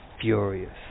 furious